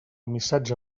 missatge